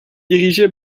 dirigé